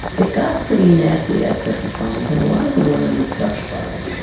it got pretty nasty at certain times, and a lot of the women were crushed by it,